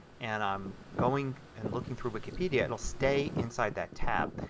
and i'm going and looking through wikipedia it will stay inside that tab.